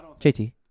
JT